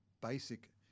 basic